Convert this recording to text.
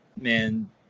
man